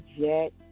Jet